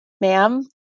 Ma'am